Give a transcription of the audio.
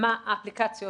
מה האפליקציות